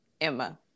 emma